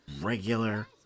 regular